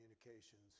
communications